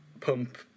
pump